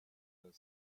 the